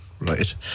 Right